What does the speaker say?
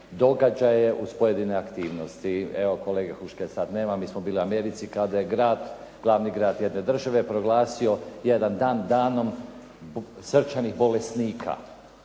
događaje, uz pojedine aktivnost. Evo kolege Huške sada nema mi smo bili u Americi kada je glavni grad jedne države proglasio jedan dan danom srčanih bolesnika.